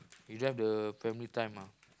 you don't have the family time ah